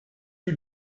you